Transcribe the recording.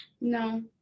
No